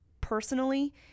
personally